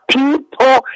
people